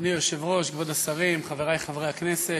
אדוני היושב-ראש, כבוד השרים, חברי חברי הכנסת,